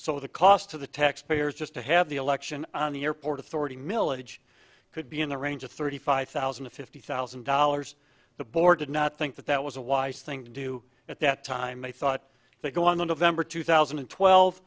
so the cost to the taxpayers just to have the election on the airport authority milledge could be in the range of thirty five thousand to fifty thousand dollars the board did not think that that was a wise thing to do at that time they thought they'd go on the november two thousand and twelve